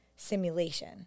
simulation